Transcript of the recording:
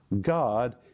God